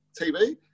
TV